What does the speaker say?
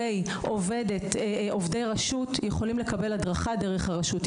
הרי עובדי רשות יכולים לקבל הדרכה דרך הרשות,